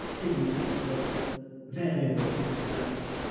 things that variables that